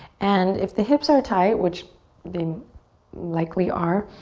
and if the hips are tight, which they likely are,